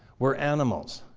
we're animals.